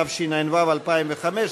התשע"ו 2015,